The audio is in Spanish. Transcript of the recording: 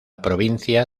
provincia